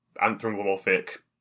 anthropomorphic